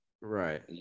Right